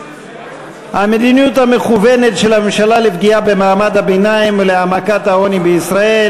המדיניות המכוונת של הממשלה לפגיעה במעמד הביניים ולהעמקת העוני בישראל,